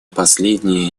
последние